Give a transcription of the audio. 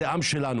זה העם שלנו.